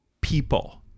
people